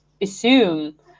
assume